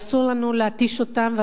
ואסור לנו להתיש אותם,